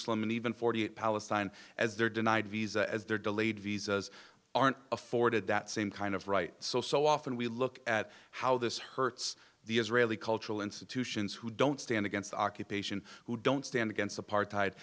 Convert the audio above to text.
slim and even forty eight palestine as they're denied visas as they're delayed visas aren't afforded that same kind of rights so so often we look at how this hurts the israeli cultural institutions who don't stand against occupation who don't stand against apartheid